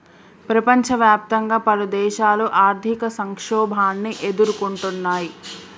ప్రపంచవ్యాప్తంగా పలుదేశాలు ఆర్థిక సంక్షోభాన్ని ఎదుర్కొంటున్నయ్